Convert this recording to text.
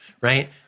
right